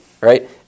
right